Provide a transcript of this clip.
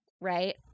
right